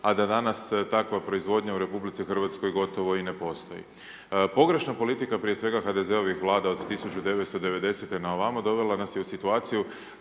a da danas takva proizvodnja u RH gotovo i ne postoji. Pogrešna politika prije svega HDZ-ovim vlada od 1990. na ovamo dovela nas je u situaciju